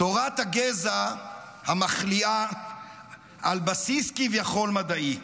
תורת הגזע המחליאה על בסיס כביכול מדעי.